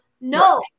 No